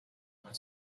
could